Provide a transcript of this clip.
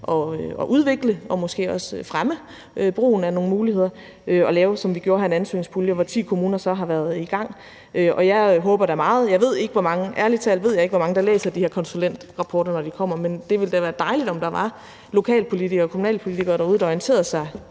at udvikle og måske også fremme brugen af nogle muligheder og lave, som vi gjorde det her, en ansøgningspulje, hvor ti kommuner så har været i gang. Jeg håber det da meget. Altså, ærlig talt ved jeg ikke, hvor mange der læser de her konsulentrapporter, når de kommer, men det ville da være dejligt, om der var lokalpolitikere og kommunalpolitikere derude, der orienterede sig